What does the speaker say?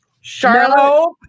Charlotte